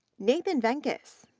nathan venckus,